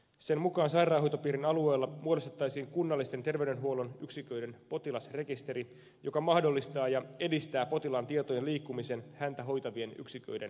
sen mukaan sairaanhoitopiirin alueella muodostettaisiin kunnallisten terveydenhuollon yksiköiden potilasrekisteri joka mahdollistaa ja edistää potilaan tietojen liikkumista häntä hoitavien yksiköiden välillä